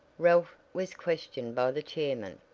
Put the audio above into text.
ralph was questioned by the chairman